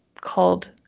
called